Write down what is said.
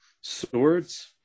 swords